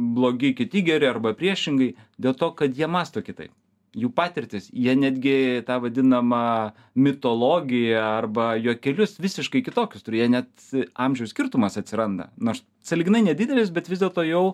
blogi kiti geri arba priešingai dėl to kad jie mąsto kitaip jų patirtys jie netgi tą vadinamą mitologiją arba juokelius visiškai kitokius turi jie net amžiaus skirtumas atsiranda nors sąlyginai nedidelis bet vis dėlto jau